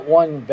one